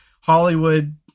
Hollywood